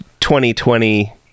2020